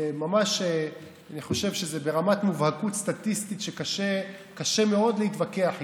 ממש אני חושב שזה ברמת מובהקות סטטיסטית שקשה מאוד להתווכח איתה.